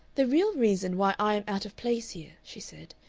the real reason why i am out of place here, she said,